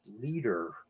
leader